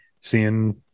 seeing